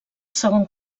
segon